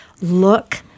look